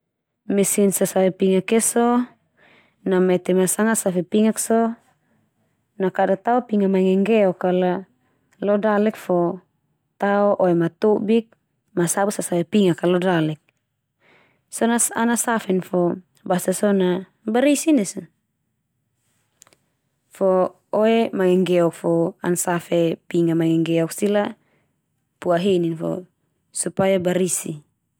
Mesin sasave pingak ia so, na mete ma sanga save pingak so na kada tao pinga mangenggeok kala lo dalek, fo tao oe matobik ma sabu sasave pingak kal lo dalek, so na ana saven fo basa so na barisi ndia so. Fo oe mangenggeok fo ana save pingak mangenggeok sila po'a henin fo supaya barisi.